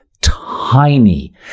tiny